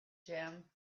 jam